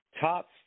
top